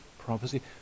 prophecy